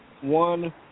one